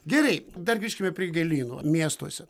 gerai dar grįžkime prie gėlynų miestuose